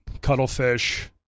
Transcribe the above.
cuttlefish